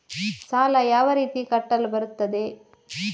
ಸಾಲ ಯಾವ ರೀತಿ ಕಟ್ಟಲು ಬರುತ್ತದೆ?